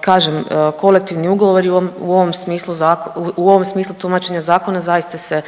kažem, kolektivni ugovori, u ovom smislu tumačenja zakona, zaista se